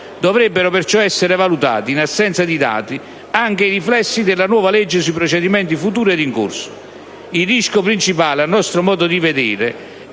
Dovrebbero perciò essere valutati, in assenza di dati, anche i riflessi della nuova legge sui procedimenti futuri ed in corso. Il rischio principale, a nostro modo di vedere,